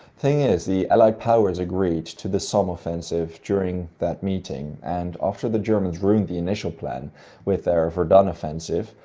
thing is, the allied powers agreed to the somme offensive during that meeting, and after the germans ruined the initial plan with their verdun offensive,